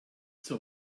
zur